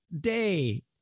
day